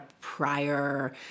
prior